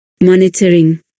monitoring